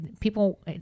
people